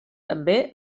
també